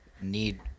need